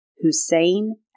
Hussein